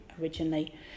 originally